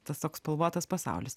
tas toks spalvotas pasaulis